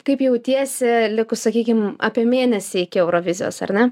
kaip jautiesi likus sakykim apie mėnesį iki eurovizijos ar ne